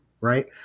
right